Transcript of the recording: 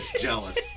jealous